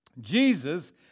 Jesus